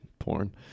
Porn